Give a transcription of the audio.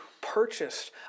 purchased